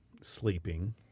sleeping